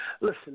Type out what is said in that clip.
Listen